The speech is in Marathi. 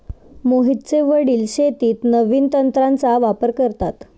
मोहितचे वडील शेतीत नवीन तंत्राचा वापर करतात